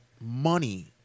money